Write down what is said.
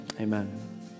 Amen